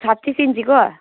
छत्तिस इन्चीको